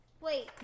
wait